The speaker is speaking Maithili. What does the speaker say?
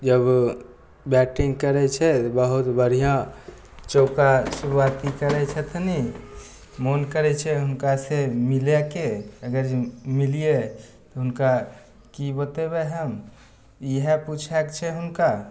जब बैटिंग करै छै बहुत बढ़िऑं चौका शुरुआती करै छथिन मोन करै छै हुनका से मिले के अगर मिलियै हुनका की बतेबै हम इएह पूछेके छै हुनका